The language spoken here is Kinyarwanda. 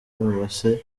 uwase